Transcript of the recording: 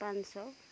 पाँच सौ